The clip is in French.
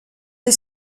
est